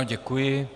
Děkuji.